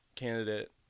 Candidate